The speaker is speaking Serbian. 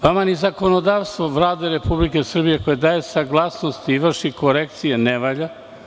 Vama ni zakonodavstvo Vlade Republike Srbije, koje daje saglasnost i vrši korekcije, ne valja.